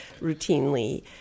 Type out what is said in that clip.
routinely